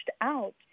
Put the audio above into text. out